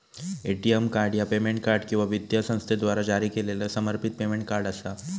ATM card ह्या payment card किंवा वित्तीय संस्थेद्वारा जारी केलेला समर्पित पेमेंट कार्ड असा